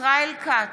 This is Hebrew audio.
ישראל כץ,